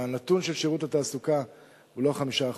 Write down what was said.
הנתון של שירות התעסוקה הוא לא 5%,